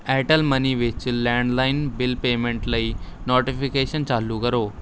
Airtel money ਵਿੱਚ landline bill payment ਲਈ notification ਚਾਲੂ ਕਰੋ